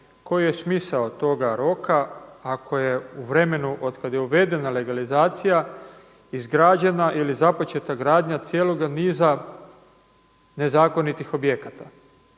koji je smisao toga roka ako je u vremenu otkada je uvedena legalizacija izgrađena ili započeta gradnja cijeloga niza nezakonitih objekata.